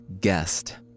Guest